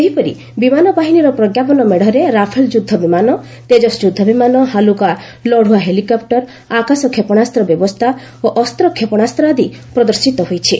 ସେହିପରି ବିମାନ ବାହିନୀର ପ୍ରଙ୍କାପନ ମେଢ଼ରେ ରାଫାଲ୍ ଯୁଦ୍ଧବିମାନ ତେଜସ୍ ଯୁଦ୍ଧବିମାନ ହାଲୁକା ଲତୁଆ ହେଲିକପ୍ଟର ଆକାଶ କ୍ଷେପଶାସ୍ତ ବ୍ୟବସ୍ଥା ଓ ଅସ୍ତ୍ର କ୍ଷେପଣାସ୍ତ ଆଦି ପ୍ରଦର୍ଶିତ ହୋଇଛି